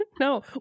No